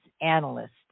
analyst